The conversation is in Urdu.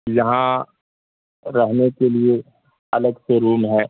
یہاں رہنے کے لیے الگ سے روم ہے